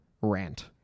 rant